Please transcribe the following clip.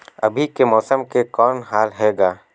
अभी के मौसम के कौन हाल हे ग?